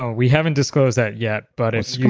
ah we haven't disclosed that yet but it's come